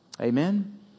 Amen